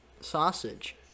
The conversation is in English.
sausage